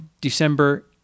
December